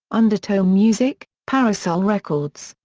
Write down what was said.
undertow music, parasol records,